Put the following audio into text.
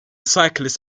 cyclist